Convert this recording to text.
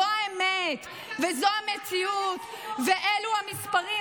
זו האמת וזו המציאות ואילו המספרים,